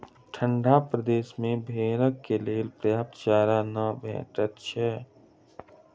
ठंढा प्रदेश मे भेंड़क लेल पर्याप्त चारा नै भेटैत छै